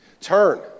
Turn